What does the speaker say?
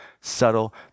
subtle